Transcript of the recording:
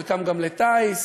חלקם גם לטיס,